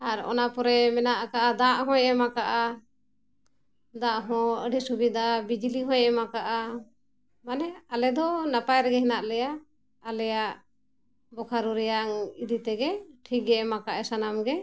ᱟᱨ ᱚᱱᱟ ᱯᱚᱨᱮ ᱢᱮᱱᱟᱜ ᱟᱠᱟᱫᱼᱟ ᱫᱟᱜ ᱦᱚᱸᱭ ᱮᱢ ᱟᱠᱟᱫᱼᱟ ᱫᱟᱜ ᱦᱚᱸ ᱟᱹᱰᱤ ᱥᱩᱵᱤᱫᱟ ᱵᱤᱡᱽᱞᱤ ᱦᱚᱸᱭ ᱮᱢ ᱟᱠᱟᱫᱼᱟ ᱢᱟᱱᱮ ᱟᱞᱮ ᱫᱚ ᱱᱟᱯᱟᱭ ᱨᱮᱜᱮ ᱦᱮᱱᱟᱜ ᱞᱮᱭᱟ ᱟᱞᱮᱭᱟᱜ ᱵᱳᱠᱟᱨᱳ ᱨᱮᱭᱟᱜ ᱤᱫᱤ ᱛᱮᱜᱮ ᱴᱷᱤᱠ ᱜᱮᱭ ᱮᱢ ᱟᱠᱟᱫ ᱟᱭ ᱥᱟᱱᱟᱢ ᱜᱮ